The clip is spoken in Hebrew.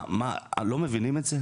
לא מבינים את זה?